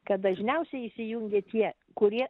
kad dažniausiai įsijungia tie kurie